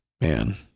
Man